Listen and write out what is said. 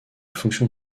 fonction